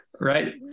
right